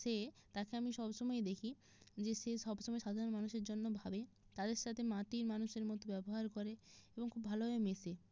সে তাকে আমি সবসময় দেখি যে সে সবসময় সাধারণ মানুষের জন্য ভাবে তাদের সাথে মাটির মানুষের মতো ব্যবহার করে এবং খুব ভালোভাবে মেশে